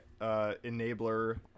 enabler